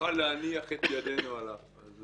שנוכל להניח את ידנו עליו.